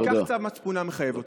כי כך צו מצפונם מחייב אותם.